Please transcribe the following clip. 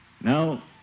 Now